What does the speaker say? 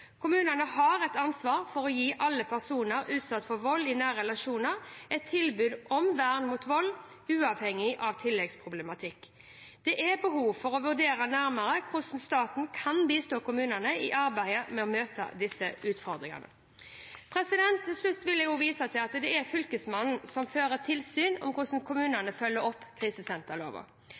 Kommunene har et ansvar for å gi alle personer utsatt for vold i nære relasjoner et tilbud om vern mot vold, uavhengig av tilleggsproblematikk. Det er behov for å vurdere nærmere hvordan staten kan bistå kommunene i arbeidet med å møte disse utfordringene. Til slutt vil jeg vise til at det er Fylkesmannen som fører tilsyn med hvordan